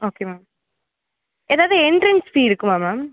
okay ma'am எதாவது entrance fee இருக்குமா ma'am